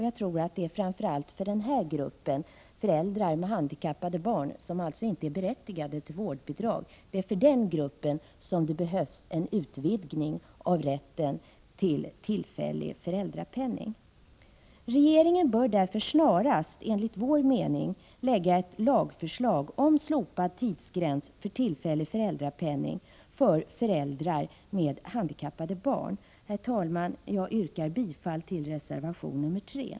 Jag tror att det är framför allt för denna grupp, föräldrar med handikappade barn som inte är berättigade till vårdbidrag, som det behövs en utvidgning av rätten till tillfällig föräldrapenning. Regeringen bör därför enligt vår mening snarast lägga fram ett förslag om slopad tidsgräns för tillfällig föräldrapenning för föräldrar med handikappade barn. Herr talman! Jag yrkar bifall till reservation 3.